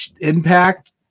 impact